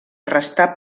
restà